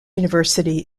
university